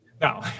No